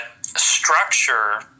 structure